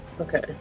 Okay